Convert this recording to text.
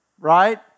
right